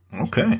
okay